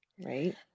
Right